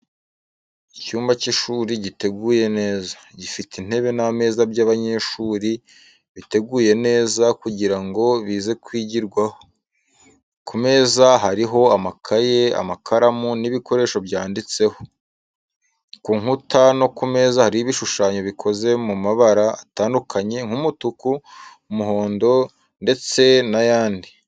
Icyumba cy’ishuri giteguye neza, gifite intebe n’ameza by’abanyeshuri biteguye neza kugira ngo bize kwigirwaho. Ku meza hariho amakaye, amakaramu, n’ibikoresho byanditseho. Ku nkuta no ku meza hariho ibishushanyo bikoze mu mabara atandukanye nk'umutuku, umuhondo ndetse n'ayandi.